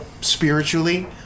spiritually